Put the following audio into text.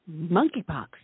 monkeypox